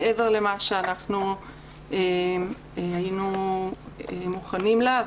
מעבר למה שאנחנו היינו מוכנים לה.